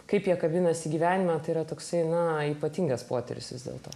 kaip jie kabinasi gyvenime tai yra toksai na ypatingas potyris vis dėlto